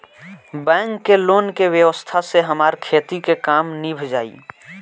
bank के loan के व्यवस्था से हमार खेती के काम नीभ जाई